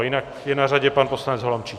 Jinak je na řadě pan poslanec Holomčík.